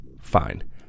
Fine